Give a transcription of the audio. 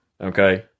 Okay